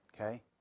Okay